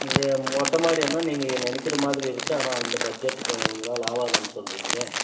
நீங்கள் மொட்டைமாடின்னால் நீங்கள் நினைக்குறமாதிரி இருக்குது ஆனால் அந்த பட்ஜட்டுக்கு உங்களால் ஆகாதுன்னு சொல்கிறிங்களே